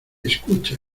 escucha